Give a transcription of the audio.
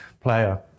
player